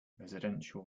residential